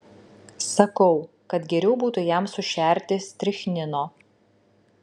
sakau kad geriau būtų jam sušerti strichnino